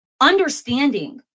Understanding